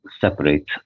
separate